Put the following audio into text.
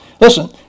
Listen